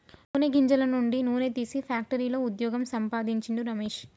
నూనె గింజల నుండి నూనె తీసే ఫ్యాక్టరీలో వుద్యోగం సంపాందించిండు రమేష్